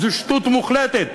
זו שטות מוחלטת.